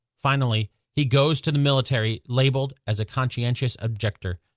finally, he goes to the military labeled as a conscientious objector.